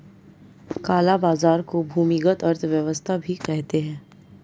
काला बाजार को भूमिगत अर्थव्यवस्था भी कहते हैं